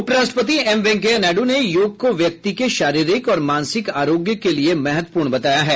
उपराष्ट्रपति एम वेंकैया नायड् ने योग को व्यक्ति के शारीरिक और मानसिक आरोग्य के लिये महत्वपूर्ण बताया है